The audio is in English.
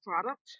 product